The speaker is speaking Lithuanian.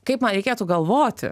kaip man reikėtų galvoti